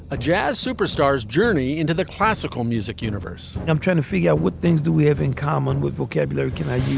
a jazz superstar's journey into the classical music universe. and i'm trying to figure out what things do we have in common with vocabulary? can i use